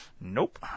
Nope